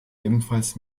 ebenfalls